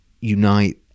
unite